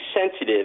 sensitive